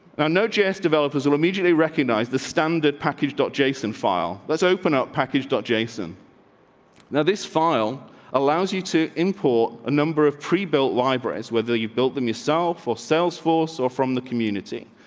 no jess developers will immediately recognize the standard package dot jason file. let's open up package dot jason now. this file allows you to import a number of pre built libraries, whether you built them yourself or salesforce or from the community.